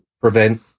prevent